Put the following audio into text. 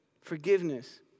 Forgiveness